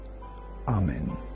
Amen